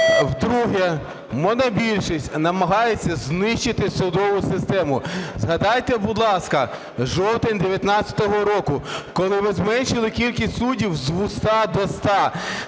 вдруге монобільшість намагається знищити судову систему. Згадайте, будь ласка, жовтень 19-го року, коли ви зменшили кількість суддів з 200 до 100.